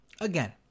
again